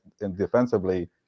defensively